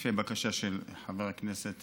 לפי הבקשה של חברי הכנסת